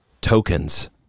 tokens